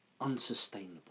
unsustainable